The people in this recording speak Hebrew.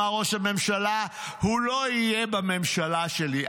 אמר ראש הממשלה: הוא לא יהיה בממשלה שלי,